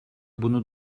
bunu